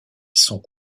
sont